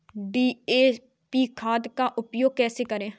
DAP खाद का उपयोग कैसे करें?